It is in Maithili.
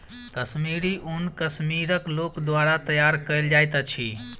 कश्मीरी ऊन कश्मीरक लोक द्वारा तैयार कयल जाइत अछि